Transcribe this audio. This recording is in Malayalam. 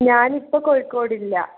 ഞാൻ ഇപ്പോൾ കോഴിക്കോടില്ല